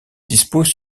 dispose